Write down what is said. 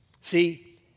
See